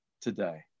today